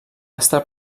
estar